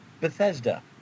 Bethesda